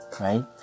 right